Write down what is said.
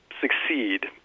succeed